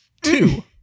Two